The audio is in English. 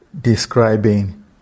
describing